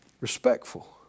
respectful